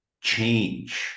change